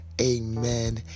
amen